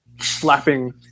Slapping